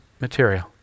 material